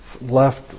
left